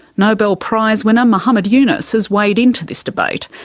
nobel prize winner muhammad yunus has weighed into this debate.